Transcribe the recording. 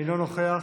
אינו נוכח.